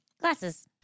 Glasses